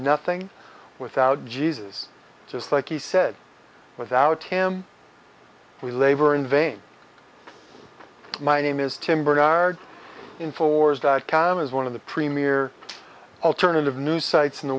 nothing without jesus just like he said without him we labor in vain my name is tim bernard informs dot com is one of the premier alternative news sites in the